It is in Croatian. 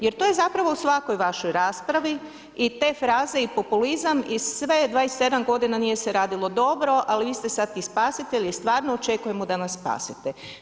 Jer to zapravo u svakoj vašoj raspravi i te fraze i taj populizam i sve, 27 godina nije se radilo dobro a vi ste sad spasitelj i stvarno očekujemo da nas spasite.